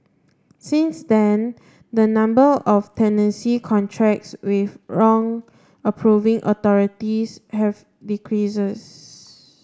since then the number of tenancy contracts with wrong approving authorities have decreases